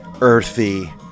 earthy